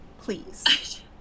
please